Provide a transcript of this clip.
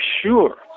sure